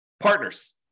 Partners